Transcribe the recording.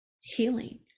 healing